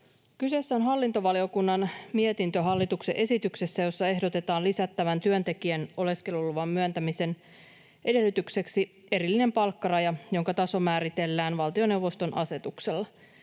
Kyseessä on hallintovaliokunnan mietintö hallituksen esityksessä, jossa ehdotetaan lisättävän työntekijän oleskeluluvan myöntämisen edellytykseksi erillinen palkkaraja, jonka taso määritellään valtioneuvoston asetuksella.